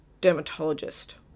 dermatologist